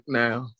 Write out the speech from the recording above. now